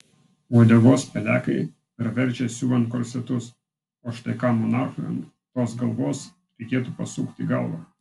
uodegos pelekai praverčia siuvant korsetus o štai kam monarchui tos galvos reikėtų pasukti galvą